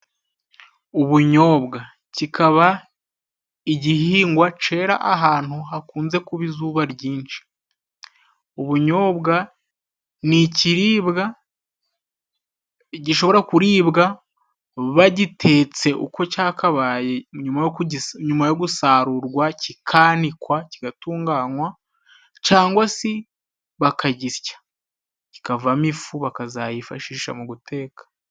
Ubunyobwa, kikaba igihingwa cera ahantu hakunze kuba izuba ryinshi. Ubunyobwa ni ikiriiribwa gishobora kuribwa bagitetse uko cyakabaye nyuma yo gusarurwa, kikanikwa, kigatunganywa, cyangwa se bakagisya kikava mo ifu, bakazayifashisha mu guteka.